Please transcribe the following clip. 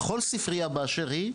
לכל ספריה באשר היא,